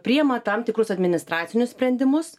priima tam tikrus administracinius sprendimus